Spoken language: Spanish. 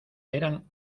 eran